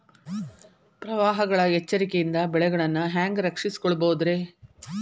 ಪ್ರವಾಹಗಳ ಎಚ್ಚರಿಕೆಯಿಂದ ಬೆಳೆಗಳನ್ನ ಹ್ಯಾಂಗ ರಕ್ಷಿಸಿಕೊಳ್ಳಬಹುದುರೇ?